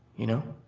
you know?